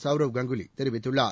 சவ்ரவ் கங்குலி தெரிவித்துள்ளார்